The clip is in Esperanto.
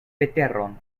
veteron